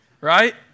Right